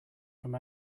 from